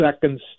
seconds